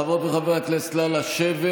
חברות וחברי הכנסת, נא לשבת.